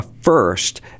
first